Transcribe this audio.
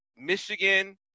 Michigan